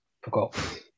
forgot